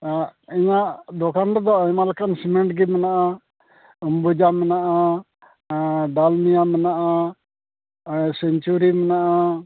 ᱤᱧᱟᱹᱜ ᱫᱚᱠᱟᱱ ᱨᱮᱫᱚ ᱟᱭᱢᱟ ᱞᱮᱠᱟᱱ ᱥᱤᱢᱮᱱᱴ ᱜᱮ ᱢᱮᱱᱟᱜᱼᱟ ᱟᱢᱵᱩᱡᱟ ᱢᱮᱱᱟᱜᱼᱟ ᱰᱟᱞᱢᱤᱭᱟ ᱢᱮᱱᱟᱜᱼᱟ ᱥᱮᱱᱪᱩᱨᱤ ᱢᱮᱱᱟᱜᱼᱟ